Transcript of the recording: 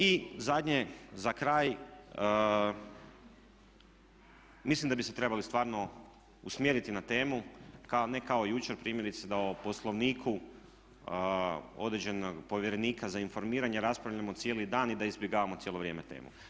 I zadnje za kraj, mislim da bi se trebali stvarno usmjeriti na temu, a ne kao jučer primjerice da o poslovniku određenog povjerenika za informiranje raspravljamo cijeli dan i da izbjegavamo cijelo vrijeme temu.